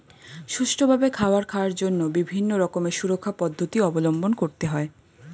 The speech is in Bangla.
সুষ্ঠুভাবে খাবার খাওয়ার জন্য বিভিন্ন রকমের সুরক্ষা পদ্ধতি অবলম্বন করতে হয়